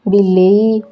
ବିଲେଇ